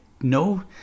no